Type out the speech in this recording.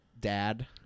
Dad